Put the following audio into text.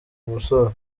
musozo